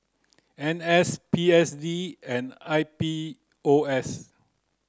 N S P S D and I P O S